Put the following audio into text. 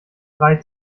drei